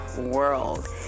world